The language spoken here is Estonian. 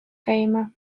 käima